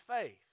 faith